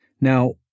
Now